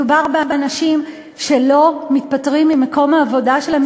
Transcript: מדובר באנשים שלא מתפטרים ממקום העבודה שלהם,